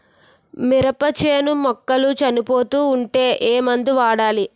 మినప చేను మొక్కలు చనిపోతూ ఉంటే ఏమందు వాడాలి?